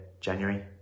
January